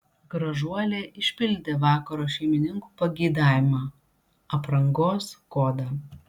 gražuolė išpildė vakaro šeimininkų pageidavimą aprangos kodą